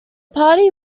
party